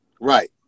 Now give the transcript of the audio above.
Right